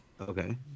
Okay